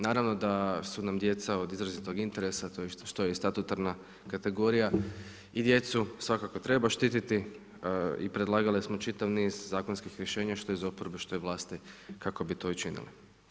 Naravno da su nam djeca od izrazitog interesa, to što je i statutarna kategorija i djecu svakako treba štititi i predlagali smo čitav niz zakonskih rješenja, što iz oporbe, što i vlasti kako bi to učinili.